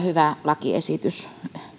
hyvä lakiesitys